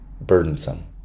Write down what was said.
burdensome